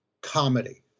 comedy